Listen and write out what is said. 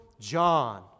John